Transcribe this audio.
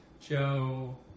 Joe